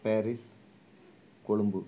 Paris கொழும்பூர்